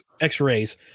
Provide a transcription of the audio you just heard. X-rays